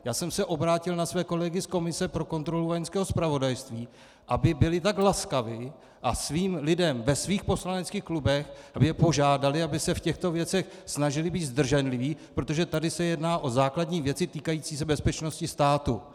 Já jsem se obrátil na své kolegy z komise pro kontrolu vojenského zpravodajství, aby byli tak laskavi a svým lidem ve svých poslaneckých klubech, aby je požádali, aby se v těchto věcech snažili být zdrženliví, protože tady se jedná o základní věci týkající se bezpečnosti státu.